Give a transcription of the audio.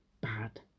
bad